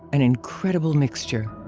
an incredible mixture.